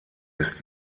ist